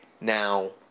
Now